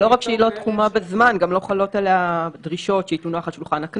לא רק שהיא לא תחומה בזמן,